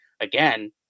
again